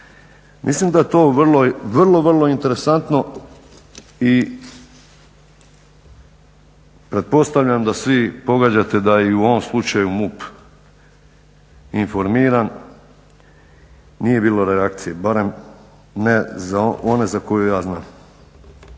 Mislim da je to vrlo, vrlo interesantno i pretpostavljam da svi pogađate da je i u ovom slučaju MUP informiran, nije bilo reakcije, barem ne one za koju ja znam.